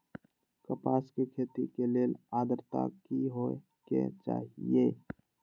कपास के खेती के लेल अद्रता की होए के चहिऐई?